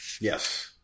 Yes